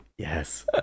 Yes